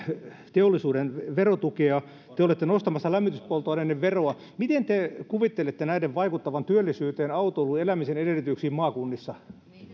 teollisuuden verotukea te te olette nostamassa lämmityspolttoaineiden veroa miten te kuvittelette näiden vaikuttavan työllisyyteen autoiluun ja elämisen edellytyksiin maakunnissa